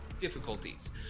difficulties